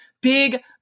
big